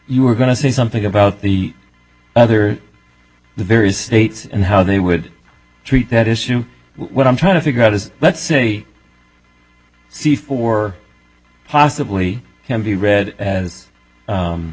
you were going to say something about the other the various states and how they would treat that issue what i'm trying to figure out is that city c four possibly can be read as